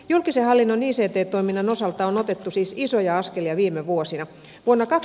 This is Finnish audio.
julkisen hallinnon ict toiminnan osalta on otettu siis isoja askelia viime vuosina